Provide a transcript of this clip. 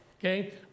okay